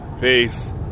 Peace